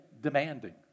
demanding